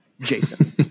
Jason